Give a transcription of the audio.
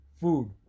Food